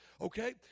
Okay